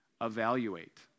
Evaluate